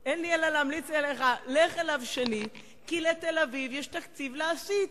אז לך אליו שנית, כי לתל-אביב יש תקציב להסיט.